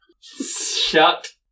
Shut